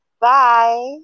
Bye